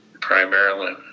primarily